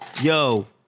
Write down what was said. yo